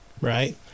right